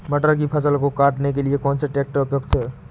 मटर की फसल को काटने के लिए कौन सा ट्रैक्टर उपयुक्त है?